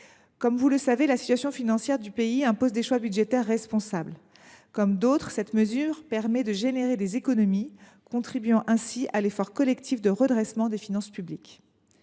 Comme vous le savez, la situation financière du pays impose des choix budgétaires responsables. Comme d’autres, la mesure sur laquelle vous m’interrogez permet de réaliser des économies, contribuant ainsi à l’effort collectif de redressement des finances publiques.